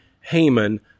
Haman